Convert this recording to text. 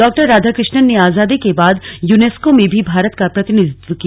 डॉ राधाकृष्णन ने आजादी के बाद यूनेस्को में भी भारत का प्रतिनिधित्व किया